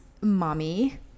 mommy